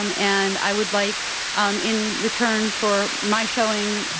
um and i would like in return for my showing,